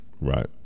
right